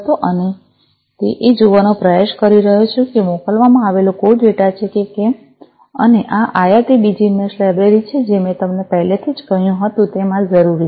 અને તે એ જોવાનો પ્રયાસ કરી રહ્યો છે કે મોકલવામાં આવેલો કોઈ ડેટા છે કે કેમ અને આ આયાતી ડિજી મેશ લાઈબ્રેરી છે જે મેં તમને પહેલેથી જ કહ્યું હતું તેમ આ જરૂરી છે